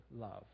love